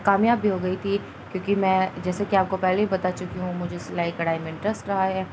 کامیاب بھی ہو گئی تھی کیونکہ میں جیسے کہ آپ کو پہلے ہی بتا چکی ہوں مجھے سلائی کڑھائی میں انٹرسٹ رہا ہے